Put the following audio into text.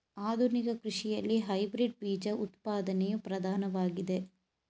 ಆಧುನಿಕ ಕೃಷಿಯಲ್ಲಿ ಹೈಬ್ರಿಡ್ ಬೀಜ ಉತ್ಪಾದನೆಯು ಪ್ರಧಾನವಾಗಿದೆ